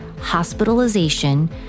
hospitalization